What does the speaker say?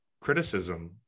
criticism